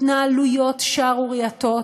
התנהלויות שערורייתיות,